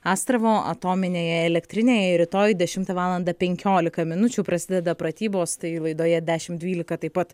astravo atominėje elektrinėje ir rytoj dešimtą valandą penkiolika minučių prasideda pratybos tai laidoje dešim dvylika taip pat